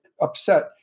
upset